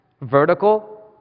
vertical